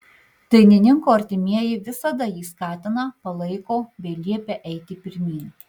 dainininko artimieji visada jį skatina palaiko bei liepia eiti pirmyn